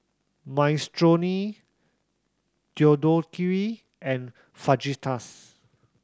Minestrone Deodeok Gui and Fajitas